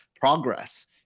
progress